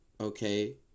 okay